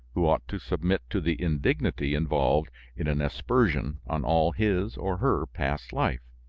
who ought to submit to the indignity involved in an aspersion on all his or her past life,